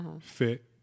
fit